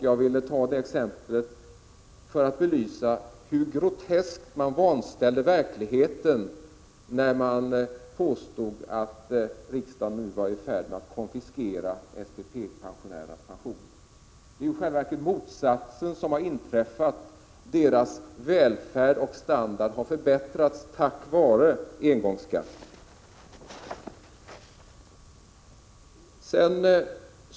Jag ville ta detta exempel för att belysa hur groteskt man vanställde verkligheten när man påstod att riksdagen nu var i färd med att konfiskera SPP-pensionärernas pensioner. Det är i själva verket motsatsen som har inträffat. Pensionärernas välfärd och standard har förbättrats tack vare engångsskatten.